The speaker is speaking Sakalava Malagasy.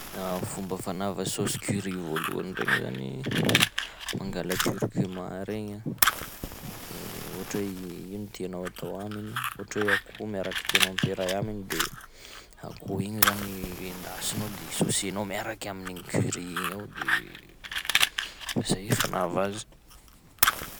Fomba fanava saosy curry voalohany regny zany: mangala curcuma regny a, de ohatry hoe ino tianao atao aminy? Ohatry hoe akoho miaraky tianao ampiaraha aminy de akoho igny zany endasinao, de saosenao miaraky amin'igny curry igny ao de zay fanava azy.